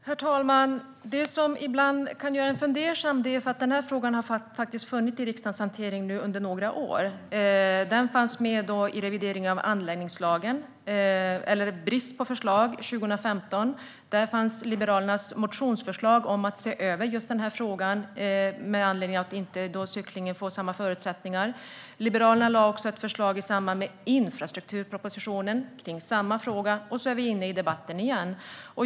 Herr talman! Det som ibland kan göra en fundersam är att den här frågan nu faktiskt har funnits i riksdagens hantering under några år. Det har varit en brist på förslag. Frågan fanns med i revideringen av anläggningslagen 2015. Där fanns Liberalernas motionsförslag om att se över just den här frågan med anledning av att cyklingen inte får samma förutsättningar. Liberalerna lade också fram ett förslag i samband med infrastrukturpropositionen i samma fråga, och nu är vi inne i debatten igen.